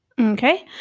okay